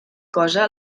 cosa